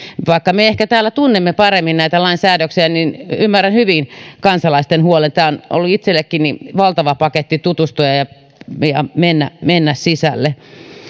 vaikka me ehkä täällä tunnemme paremmin näitä lain säännöksiä ymmärrän hyvin kansalaisten huolen tämä on ollut itsellenikin valtava paketti tutustua ja mennä mennä sisälle